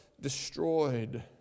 destroyed